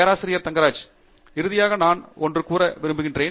பேராசிரியர் ஆண்ட்ரூ தங்கராஜ் இறுதியாக ஒன்று கூற விரும்புகிறேன்